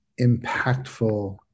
impactful